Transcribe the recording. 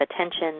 attention